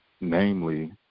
namely